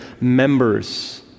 members